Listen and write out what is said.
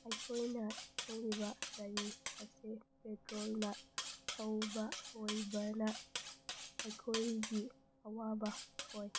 ꯑꯩꯈꯣꯏꯅ ꯊꯧꯔꯤꯕ ꯒꯥꯔꯤ ꯑꯁꯦ ꯄꯦꯇ꯭ꯔꯣꯜꯅ ꯊꯧꯕ ꯑꯣꯏꯕꯅ ꯑꯩꯈꯣꯏꯒꯤ ꯑꯋꯥꯕ ꯑꯣꯏ